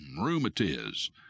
rheumatiz